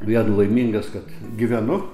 vien laimingas kad gyvenu